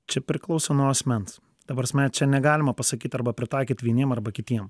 čia priklauso nuo asmens ta prasme čia negalima pasakyt arba pritaikyt vieniem arba kitiem